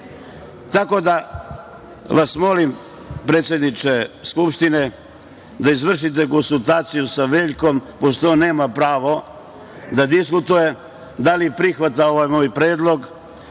molim vas, predsedniče Skupštine, da izvršite konsultaciju sa Veljkom, pošto on nema pravo da diskutuje, da li prihvata ovaj moj predlog.